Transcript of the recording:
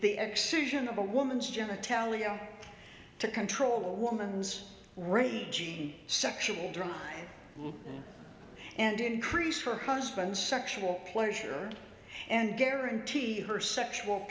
the execution of a woman's general talia to control a woman's ready sexual drive and increase her husband's sexual pleasure and guaranteed her sexual